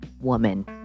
woman